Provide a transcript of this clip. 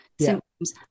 symptoms